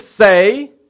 say